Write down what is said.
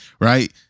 right